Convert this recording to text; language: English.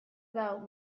about